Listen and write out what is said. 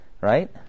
right